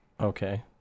Okay